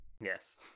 Yes